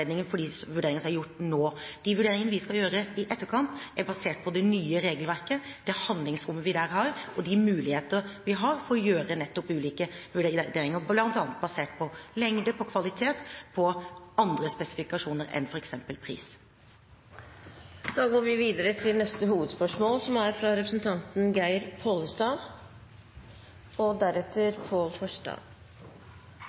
som er gjort nå. De vurderingene vi skal gjøre i etterkant, er basert på det nye regelverket, det handlingsrommet vi der har, og de muligheter vi har for å gjøre nettopp ulike vurderinger bl.a. basert på lengde, på kvalitet og på andre spesifikasjoner enn f.eks. pris. Vi går videre til neste hovedspørsmål. Mitt spørsmål går til landbruks- og